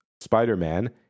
spider-man